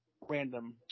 random